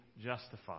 justified